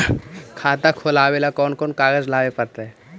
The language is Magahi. खाता खोलाबे ल कोन कोन कागज लाबे पड़तै?